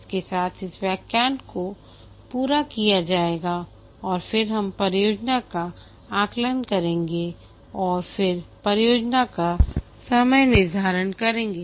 इसके साथ इस व्याख्यान को पूरा किया जाएगा और फिर हम परियोजना का आकलन करेंगे और फिर परियोजना का समय निर्धारण करेंगे